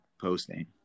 posting